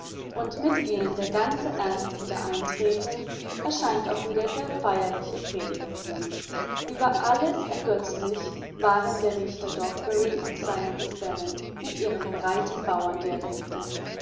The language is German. und mit ihnen der ernst wieder eintreten erscheint auch wieder der feierliche predigerton über alles ergötzlich waren der richter dogberry und seine gesellen mit ihrem breiten